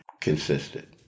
consistent